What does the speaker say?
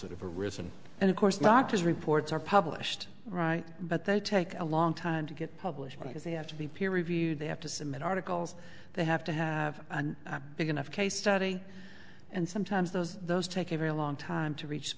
arisen and of course not just reports are published right but they take a long time to get published because they have to be peer reviewed they have to submit articles they have to have a big enough case study and sometimes those those take a very long time to reach the